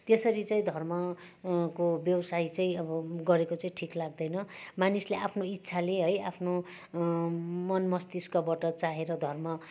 त्यसरी चाहिँ धर्म को व्यवसाय चाहिँ अब गरेको चाहिँ ठिक लाग्दैन मानिसले आफ्नो इच्छाले है आफ्नो मन मस्तिष्कबाट चाहेर धर्म